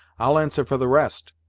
i'll answer for the rest.